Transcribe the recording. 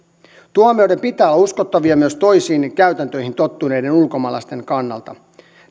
tuomioiden pitää olla uskottavia myös toisiin käytäntöihin tottuneiden ulkomaalaisten kannalta